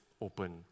open